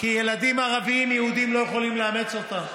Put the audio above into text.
כי ילדים ערבים, יהודים לא יכולים לאמץ אותם.